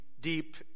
deep